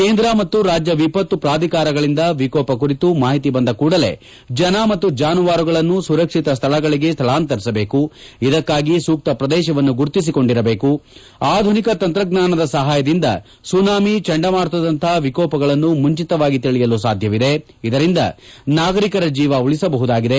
ಕೇಂದ್ರ ಮತ್ತು ರಾಜ್ಯವಿಪತ್ತು ಪ್ರಾಧಿಕಾರಗಳಿಂದ ವಿಕೋಪ ಕುರಿತು ಮಾಹಿತಿ ಬಂದ ಕೂಡಲೇ ಜನ ಮತ್ತು ಜಾನುವಾರುಗಳನ್ನು ಸುರಕ್ಷಿತ ಸ್ವಳಗಳಿಗೆ ಸ್ವಳಾಂತರಿಸಬೇಕು ಇದಕ್ಕಾಗಿ ಸೂಕ್ತ ಪ್ರದೇಶವನ್ನು ಗುರುತಿಸಿಕೊಂಡಿರಬೇಕು ಆಧುನಿಕ ತಂತ್ರಜ್ಞಾನ ಸಹಾಯದಿಂದ ಸುನಾಮಿ ಚಂಡಮಾರುತದಂತಪ ವಿಕೋಪಗಳನ್ನು ಮುಂಚಿತವಾಗಿ ತಿಳಿಯಲು ಸಾಧ್ಯವಿದೆ ಇದರಿಂದ ನಾಗರಿಕರ ಜೀವ ಉಳಿಸಬಹುದಾಗಿದೆ